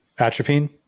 Atropine